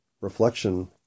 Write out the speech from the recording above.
Reflection